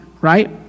right